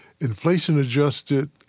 inflation-adjusted